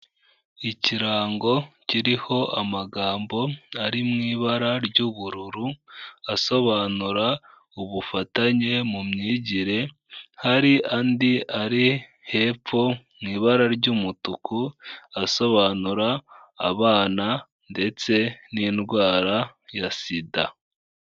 Ikirango kiriho amagambo ari mu ibara ry'ubururu asobanura ubufatanye mu myigire, hari andi ari hepfo mu ibara ry'umutuku asobanura abana ndetse n'indwara ya sida.